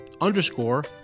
underscore